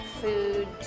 food